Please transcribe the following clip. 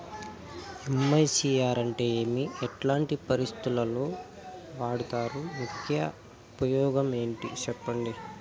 MICR అంటే ఏమి? ఎట్లాంటి పరిస్థితుల్లో వాడుతారు? ముఖ్య ఉపయోగం ఏంటి సెప్పండి?